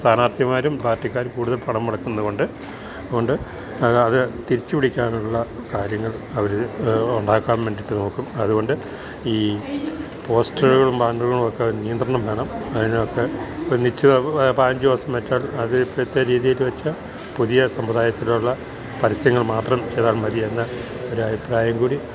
സ്ഥാനാർത്ഥിമാരും പാർട്ടിക്കാരും കൂട്തൽ പണം മുടക്കുന്ന കൊണ്ട് അത്കൊണ്ട് അതാത് തിരിച്ച് പിടിക്കാനൊള്ള കാര്യങ്ങൾ അവര് ഉണ്ടാക്കാൻ വേണ്ടീട്ട് നോക്കും അതുകൊണ്ട് ഈ പോസ്റ്ററ്കളും ബാനറുകളുവൊക്കെ നിയന്ത്രണം വേണം അയ്നാത്ത് ഒരു നിശ്ചിത പയ്നഞ്ച് ദെവസം വെച്ചാൽ അതിപ്പഴത്തേ രീതീല് വെച്ചാ പുതിയ സമ്പ്രദായത്തിലൊള്ള പരസ്യങ്ങൾ മാത്രം ചെയ്താൽ മതി എന്ന ഒരു അഭിപ്രായം കൂടി